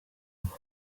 rugo